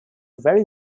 very